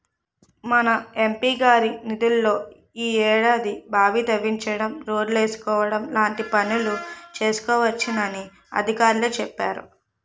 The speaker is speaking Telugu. మన ఎం.పి గారి నిధుల్లో ఈ ఏడాది బావి తవ్వించడం, రోడ్లేసుకోవడం లాంటి పనులు చేసుకోవచ్చునని అధికారులే చెప్పేరు